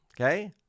okay